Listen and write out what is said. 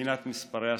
מבחינת מספר הסטודנטים.